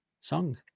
song